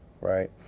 right